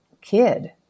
kid